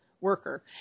worker